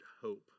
hope